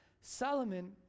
Solomon